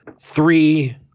three